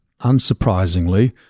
Unsurprisingly